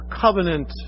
covenant